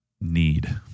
need